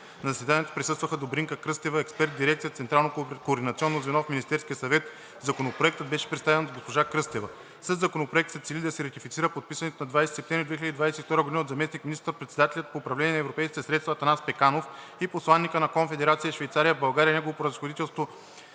На заседанието присъства Добринка Кръстева – експерт в дирекция „Централно координационно звено“ в Министерския съвет. Законопроектът беше представен от госпожа Кръстева. Със Законопроекта се цели да се ратифицира подписанато на 20 септември 2022 г. от заместник министър-председателя по управление на европейските средства Атанас Пеканов и посланика на Конфедерация Швейцария в България Негово Превъзходителство